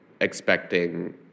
expecting